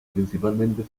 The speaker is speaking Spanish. principalmente